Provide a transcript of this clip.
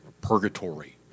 purgatory